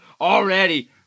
already